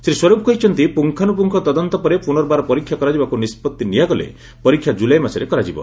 ଶ୍ରୀ ସ୍ୱରୂପ କହିଛନ୍ତି ପୁଙ୍ଖାନୁପୁଙ୍ଖ ତଦନ୍ତ ପରେ ପୁନର୍ବାର ପରୀକ୍ଷା କରାଯିବାକୁ ନିଷ୍ପତ୍ତି ନିଆଗଲେ ପରୀକ୍ଷା ଜୁଲାଇ ମାସରେ କରାଯିବ